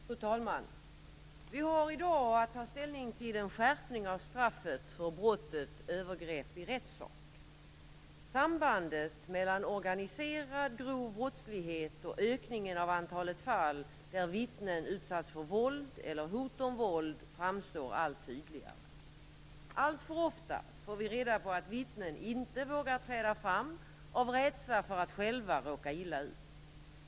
Fru talman! Vi har i dag att ta ställning till en skärpning av straffet för brottet övergrepp i rättssak. Sambandet mellan organiserad, grov brottslighet och ökningen av antalet fall där vittnen utsatts för våld eller hot om våld framstår allt tydligare. Alltför ofta får vi reda på att vittnen inte vågar träda fram av rädsla för att själva råka illa ut.